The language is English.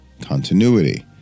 continuity